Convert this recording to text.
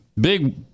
Big